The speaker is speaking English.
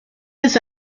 his